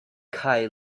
kaj